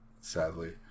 sadly